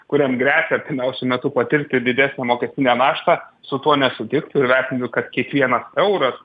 kuriam gresia artimiausiu metu patirti didesnę mokestinę naštą su tuo nesutiktų ir vertintų kad kiekvienas euras